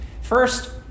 First